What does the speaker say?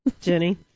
Jenny